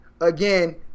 Again